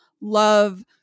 love